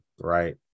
right